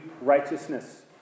righteousness